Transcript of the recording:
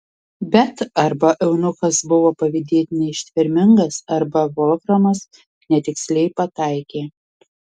bet arba eunuchas buvo pavydėtinai ištvermingas arba volframas netiksliai pataikė